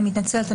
אני מתנצלת,